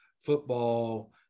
football